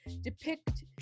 depict